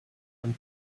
and